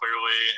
clearly